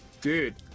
Dude